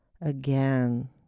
again